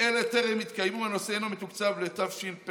אלה טרם התקיימו, הנושא אינו מתוקצב לתשפ"א.